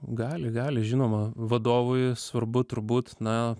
gali gali žinoma vadovui svarbu turbūt na